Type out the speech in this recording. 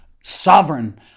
sovereign